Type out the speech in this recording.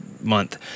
month